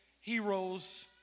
heroes